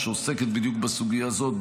שעוסקת בדיוק בסוגיה הזאת,